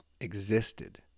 existed